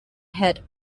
had